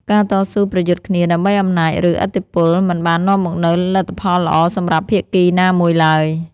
ការតស៊ូប្រយុទ្ធគ្នាដើម្បីអំណាច ឬឥទ្ធិពល មិនបាននាំមកនូវលទ្ធផលល្អសម្រាប់ភាគីណាមួយឡើយ។